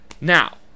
now